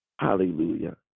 Hallelujah